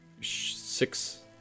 six